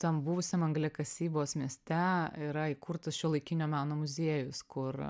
tam buvusiam anglių kasybos mieste yra įkurtas šiuolaikinio meno muziejus kur